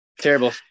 terrible